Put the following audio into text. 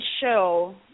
show